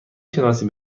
شناسید